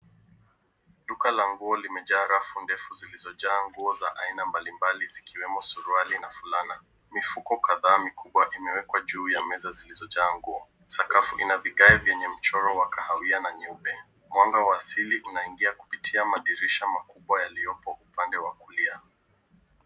Duka la nguo limejaa rafu ndefu zilizojaa nguo za aina mbalimbali zikiwemo suruali na fulana. Mifuko kadhaa mikubwa imewekwa juu ya meza zilizojaa nguo. Sakafu ina vigae vyenye mchoro wa kahawia na nyeupe. Mwanga wa asili unaingia kupitia madirisha makubwa yaliyopo upande wa kulia.